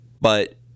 but-